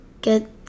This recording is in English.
get